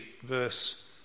verse